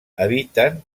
eviten